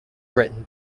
written